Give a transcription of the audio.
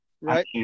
Right